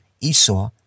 Esau